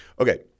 Okay